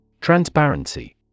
Transparency